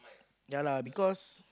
ya lah because